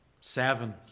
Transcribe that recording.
Seven